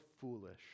foolish